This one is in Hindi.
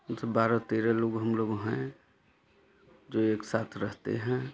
हम सब बारह तेरह लोग हम लोग हैं जो एक साथ रहते हैं